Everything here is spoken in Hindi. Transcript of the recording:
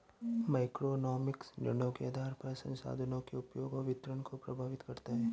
माइक्रोइकोनॉमिक्स निर्णयों के आधार पर संसाधनों के उपयोग और वितरण को प्रभावित करता है